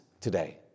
today